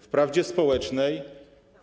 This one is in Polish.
wprawdzie społecznej, ale jednak służby.